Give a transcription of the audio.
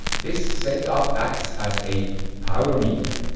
this setup acts as a power meter.